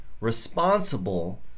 responsible